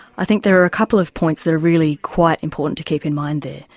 i think there are couple of points that are really quite important to keep in mind there.